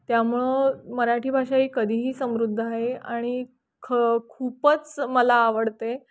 त्यामुळं मराठी भाषा ही कधीही समृद्ध आहे आणि ख खूपच मला आवडते